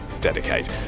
dedicate